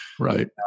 right